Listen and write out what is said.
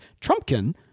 Trumpkin